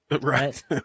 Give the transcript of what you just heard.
right